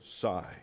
side